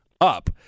up